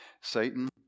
Satan